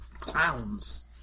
clowns